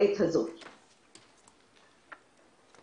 הערה אחת נוספת היא